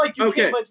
Okay